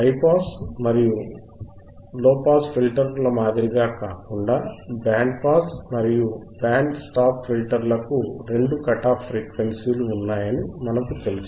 high pass మరియు తక్కువ pass ఫిల్టర్ల మాదిరిగా కాకుండా బ్యాండ్ పాస్ మరియు బ్యాండ్ స్టాప్ ఫిల్టర్లకు రెండు కట్ ఆఫ్ ఫ్రీక్వెన్సీలు ఉన్నాయని మనకు తెలుసు